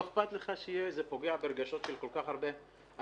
לא אכפת לך שהמיקום שלהם פוגע ברגשות של כל כך הרבה אנשים,